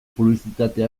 publizitate